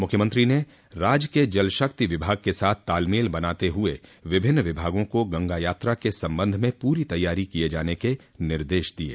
मुख्यमंत्री ने राज्य के जलशक्ति विभाग के साथ तालमेल बनाते हुये विभिन्न विभागों को गंगा यात्रा के संबंध में पूरी तैयारी किये जाने के निर्देश दिये